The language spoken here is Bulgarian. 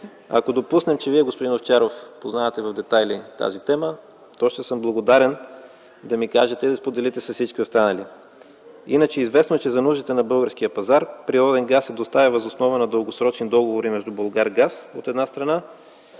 Ако допусна, че Вие, господин Овчаров, познавате в детайли тази тема, то ще съм благодарен да ми кажете и да споделите с всички останали. Иначе, известно е, че за нуждите на българския пазар природен газ се доставя въз основата на дългосрочни договори между „Булгаргаз”, от една страна,